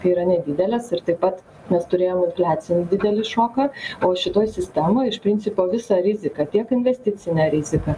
yra nedidelės ir taip pat mes turėjom infliacinį didelį šoką o šitoj sistemoj iš principo visą riziką tiek investicinę riziką